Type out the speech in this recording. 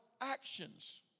actions